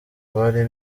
bari